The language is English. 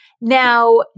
Now